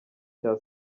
cya